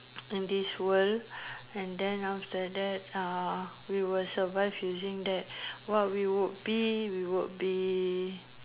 in this world and then after that we will survive using that what we will be we would be